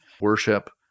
worship